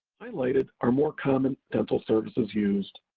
highlighted are more common dental services used.